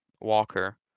Walker